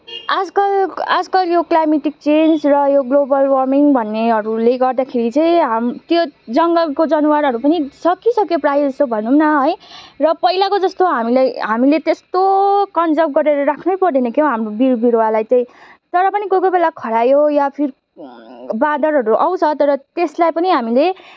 आजकल आजकल यो क्लाइमेटिक चेन्ज र यो ग्लोबल वार्मिङ भन्नेहरूले गर्दाखेरि चाहिँ हाम त्यो जङ्गलको जनावरहरू पनि सक्किसक्यो प्रायःजस्तो भनौँ न है र पहिलाको जस्तो हामीलाई हामीले त्यस्तो कन्जर्भ गरेर राख्नै पर्दैन क्याउ हाम्रो बिउ बिरुवालाई चाहिँ तर पनि कोही कोहीबेला खरायो या फिर बाँदरहरू आउँछ तर त्यसलाई पनि हामीले